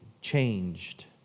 changed